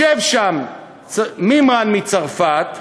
ישב שם מימרן מצרפת,